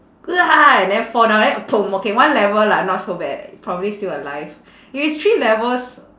and then fall down then okay one level lah not so bad probably still alive if it's three levels